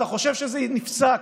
אתה חושב שזה נפסק,